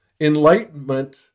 enlightenment